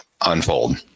unfold